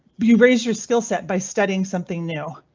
but you raise your skill set by studying something new.